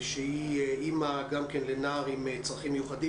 היא אימא לילד עם צרכים מיוחדים.